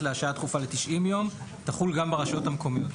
להשעיה דחופה ל-90 יום תחול גם ברשויות המקומיות.